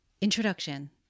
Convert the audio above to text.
introduction